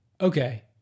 okay